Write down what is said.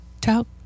talk